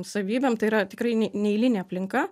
savybėm tai yra tikrai ne ne eilinė aplinka